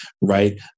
right